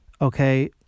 Okay